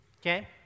Okay